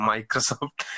Microsoft